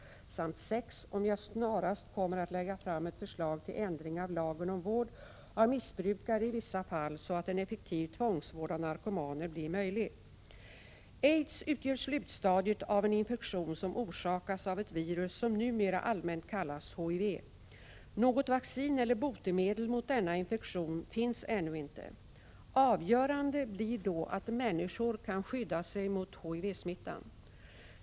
1986/87:121 6. om jag snarast kommer att lägga fram ett förslag till ändring av lagen 12 maj 1987 om vård av missbrukare i vissa fall, så att en effektiv t blir möjlig. Om ålgllödder för ad vångsvård av narkomaner blir möjlig. hindra spridning av Aids utgör slutstadiet av en infektion som orsakas av ett virus som numera sjukdomen aids allmänt kallas HIV. Något vaccin eller botemedel mot denna infektion finns ännu inte. Avgörande blir då att människor kan skydda sig mot HIV-smittan.